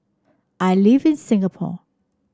I live in Singapore